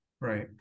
Right